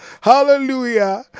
Hallelujah